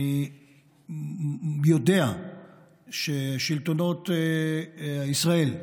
אני יודע ששלטונות ישראל,